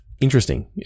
interesting